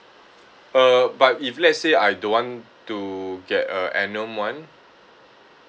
uh but if let's say I don't want to get a annum one